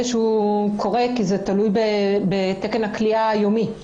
שזה קורה כי זה תלוי בתקן הכליאה היומי.